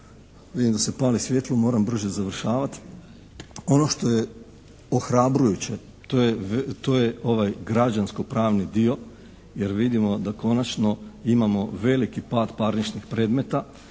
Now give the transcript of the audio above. Vidim da se pali svijetlo, moram brže završavati. Ono što je ohrabrujuće to je ovaj građansko-pravni dio jer vidimo da konačno imamo veliki pad parničnih predmeta